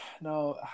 no